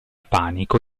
panico